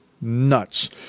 nuts